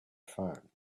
phone